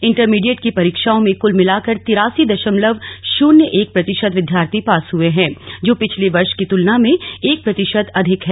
intermediate की परीक्षाओं में कुल मिलाकर तिरासी दशमलव शून्य एक प्रतिशत विद्यार्थी पास हुए हैं जो पिछले वर्ष की तुलना में एक प्रतिशत अधिक है